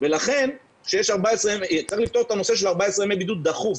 צריך לפתור את הנושא של 14 ימי בידוד דחוף.